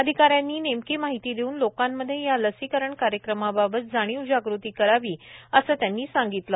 अधिकाऱ्यांनी नेमकी माहिती देऊन लोकांमधे या लसीकरण कार्यक्रमाबाबत जाणीव जागृती करावी असं त्यांनी सांगितलं